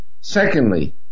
Secondly